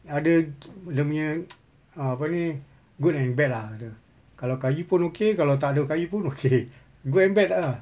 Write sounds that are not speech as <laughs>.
ada <noise> dia punya <noise> a~ apa ni good and bad lah ada kalau kayu pun okay kalau tak ada kayu pun okay <laughs> good and bad lah